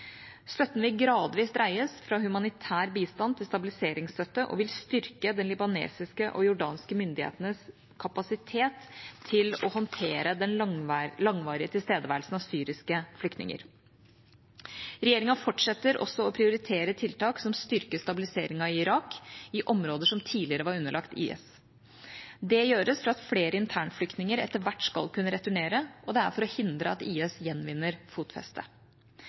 Støtten vil gradvis dreies fra humanitær bistand til stabiliseringsstøtte og vil styrke de libanesiske og jordanske myndighetenes kapasitet til å håndtere den langvarige tilstedeværelsen av syriske flyktninger. Regjeringa fortsetter også å prioritere tiltak som styrker stabiliseringen i Irak i områder som tidligere var underlagt IS. Det gjøres for at flere internflyktninger etter hvert skal kunne returnere, og det er for å hindre at IS gjenvinner